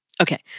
Okay